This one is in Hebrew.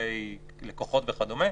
לגבי לקוחות וכדומה.